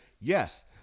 yes